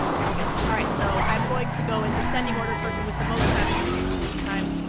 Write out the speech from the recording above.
here we go. all right. so i'm going to go in descending order person with the most time to person with the least time.